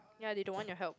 ya they don't want your help